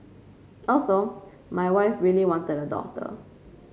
also my wife really wanted a daughter